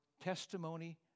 testimony